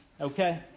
okay